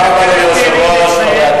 תודה רבה ליושב-ראש, חברי הכנסת,